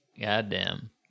Goddamn